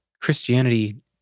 Christianity